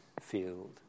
field